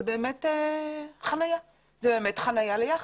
זאת באמת חניה ליכטות.